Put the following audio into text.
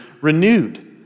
renewed